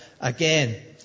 again